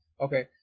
Okay